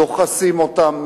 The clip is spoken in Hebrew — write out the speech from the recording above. דוחסים אותם,